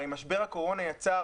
הרי משבר הקורונה יצר